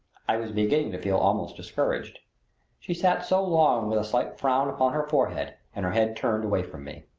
i was beginning to feel almost discouraged she sat so long with a slight frown upon her forehead and her head turned away from me.